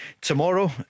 tomorrow